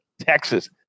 Texas